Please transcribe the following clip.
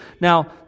Now